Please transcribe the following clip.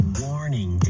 warning